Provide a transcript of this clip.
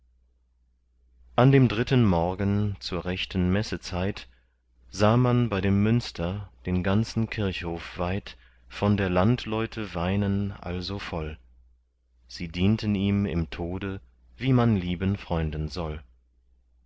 an dem dritten morgen zur rechten messezeit sah man bei dem münster den ganzen kirchhof weit von der landleute weinen also voll sie dienten ihm im tode wie man lieben freunden soll